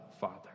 father